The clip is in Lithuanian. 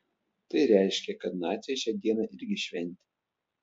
tai reiškia kad naciai šią dieną irgi šventė